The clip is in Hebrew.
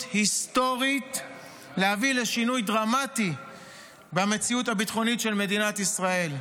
היסטורית להביא לשינוי דרמטי במציאות הביטחונית של מדינת ישראל.